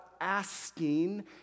asking